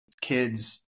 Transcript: kids